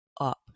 up